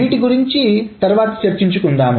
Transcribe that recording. వీటి గురించి తర్వాత చర్చించుకుందాం